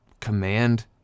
command